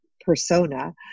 persona